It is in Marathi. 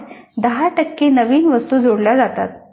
मग 10 टक्के नवीन वस्तू जोडल्या जातात